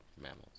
mammals